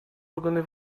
органы